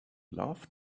love